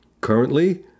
Currently